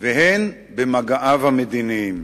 והן במגעיו המדיניים.